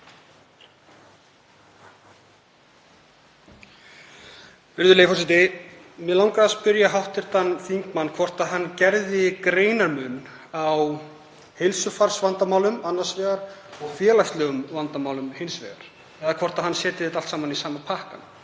Virðulegi forseti. Mig langar að spyrja hv. þingmann hvort hann geri greinarmun á heilsufarsvandamálum annars vegar og félagslegum vandamálum hins vegar, eða hvort hann setji þetta allt saman í sama pakkann.